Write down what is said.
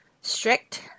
strict